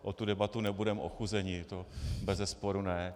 O tu debatu nebudeme ochuzeni, to bezesporu ne.